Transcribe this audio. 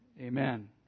Amen